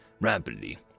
rapidly